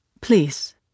Please